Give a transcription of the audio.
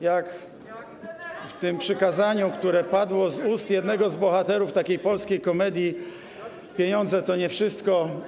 jak w tym przykazaniu, które padło z ust jednego z bohaterów takiej polskiej komedii „Pieniądze to nie wszystko”